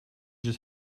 just